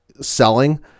selling